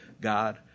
God